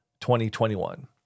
2021